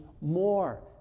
more